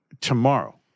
tomorrow